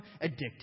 addicted